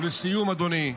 ולסיום, אדוני,